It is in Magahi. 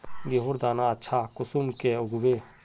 गेहूँर दाना अच्छा कुंसम के उगबे?